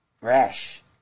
rash